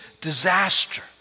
disaster